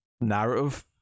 narrative